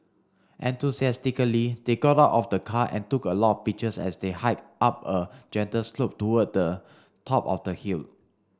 enthusiastically they got out of the car and took a lot pictures as they hiked up a gentle slope towards the top of the hill